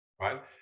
right